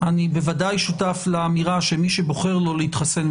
אני בוודאי שותף לאמירה שמי שבוחר לא להתחסן,